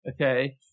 Okay